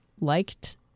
liked